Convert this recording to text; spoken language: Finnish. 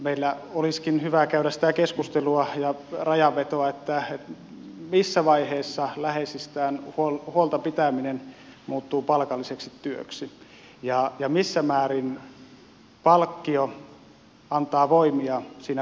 meillä olisikin hyvä käydä sitä keskustelua ja rajanvetoa missä vaiheessa läheisistä huolen pitäminen muuttuu palkalliseksi työksi ja missä määrin palkkio antaa voimia siinä raskaassa työssä